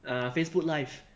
uh facebook live